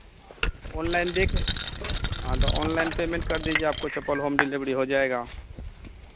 online देख रहे हाँ तो ऑनलाइन पेमेंट कर दीजिए आपको चप्पल होम डिलेवरी हो जाएगा